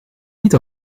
niet